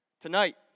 Tonight